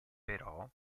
però